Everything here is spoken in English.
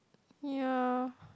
ya